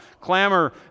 Clamor